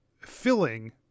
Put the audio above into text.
filling